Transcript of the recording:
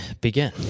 begin